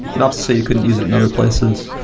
not to say you couldn't use it in other places,